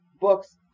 books